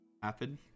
happen